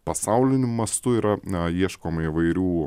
pasauliniu mastu yra na ieškome įvairių